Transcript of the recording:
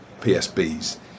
PSBs